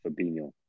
Fabinho